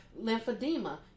lymphedema